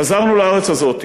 חזרנו לארץ הזאת,